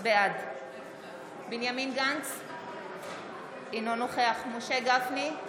בעד בנימין גנץ, אינו נוכח משה גפני,